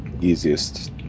easiest